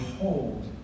hold